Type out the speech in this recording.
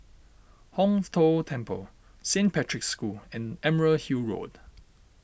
Hong Tho Temple Saint Patrick's School and Emerald Hill Road